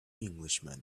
englishman